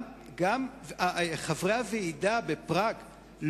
גם חברי הוועידה בפראג,